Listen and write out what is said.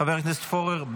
חבר הכנסת פורר,